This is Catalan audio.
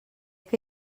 que